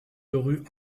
rue